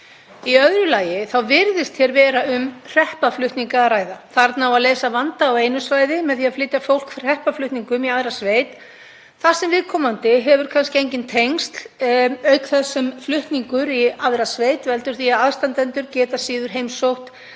Í öðru lagi virðist vera um hreppaflutninga að ræða. Þarna á að leysa vanda á einu svæði með því að flytja fólk hreppaflutningum í aðra sveit þar sem viðkomandi hefur kannski engin tengsl, auk þess sem flutningur í aðra sveit veldur því að aðstandendur geta síður heimsótt